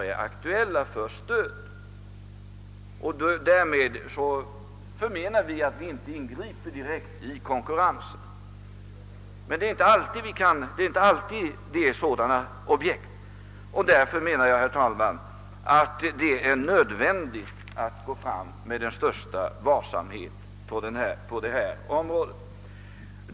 Vi anser att vi därmed inte ingriper direkt i konkurrensen. Det är dock inte alltid fråga om objekt som kan anses ha goda framtids utsikter, och det är således nödvändigt att gå fram med den största varsamhet i dessa hänseenden.